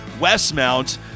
Westmount